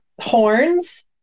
horns